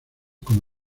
como